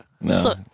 No